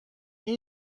این